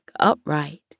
upright